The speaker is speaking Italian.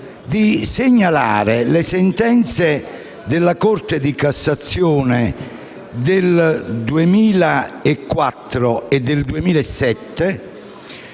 di segnalare le sentenze della Corte di cassazione del 2004 e del 2007,